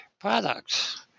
products